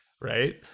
Right